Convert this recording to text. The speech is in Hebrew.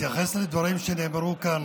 בהתייחס לדברים שנאמרו כאן,